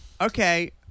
Okay